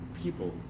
people